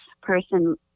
person